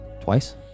Twice